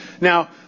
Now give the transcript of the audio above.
Now